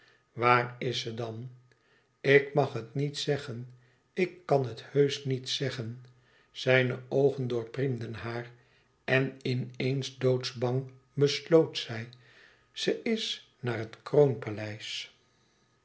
waar is ze dan ik mag het niet zeggen ik kan het heusch niet zeggen zijne oogen doorpriemden haar en in eens doodsbang besloot zij ze is naar het